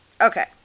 Okay